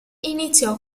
iniziò